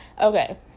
Okay